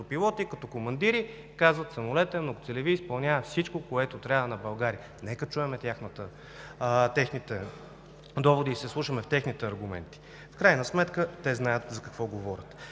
като пилоти, и като командири, казват: самолета е многоцелеви и изпълнява всичко, което трябва на България. Нека чуем техните доводи и се вслушаме в техните аргументи! В крайна сметка те знаят за какво говорят.